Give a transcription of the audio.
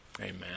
Amen